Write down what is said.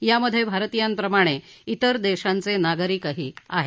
यामध्ये भारतीयांप्रमाणे तिर देशांचे नागरिकही आहेत